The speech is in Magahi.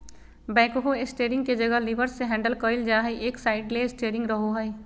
बैकहो स्टेरिंग के जगह लीवर्स से हैंडल कइल जा हइ, एक साइड ले स्टेयरिंग रहो हइ